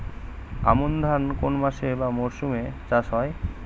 আমন ধান কোন মাসে বা মরশুমে চাষ হয়?